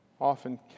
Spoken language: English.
often